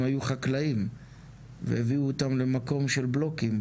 היו חקלאים והביאו אותם למקום של בלוקים,